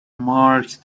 marked